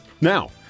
Now